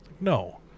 no